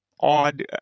odd